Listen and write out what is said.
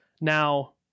now